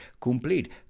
complete